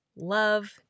love